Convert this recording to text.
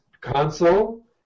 console